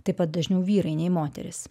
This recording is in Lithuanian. taip pat dažniau vyrai nei moterys